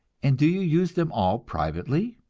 and do you use them all privately?